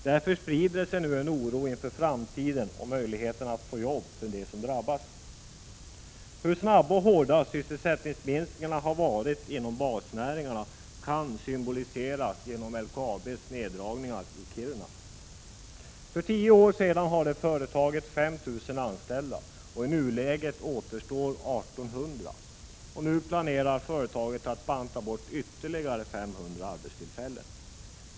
Därför sprider sig nu en oro inför framtiden och möjligheterna att få jobb för dem som nu drabbas. Hur snabba och hårda sysselsättningsminskningarna har varit inom basnäringarna kan illustreras genom LKAB:s neddragningar i Kiruna. För tio år sedan hade företaget 5 000 anställda, och i nuläget återstår 1 800. Nu planerar företaget att banta bort ytterligare 500 arbetstillfällen.